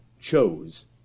chose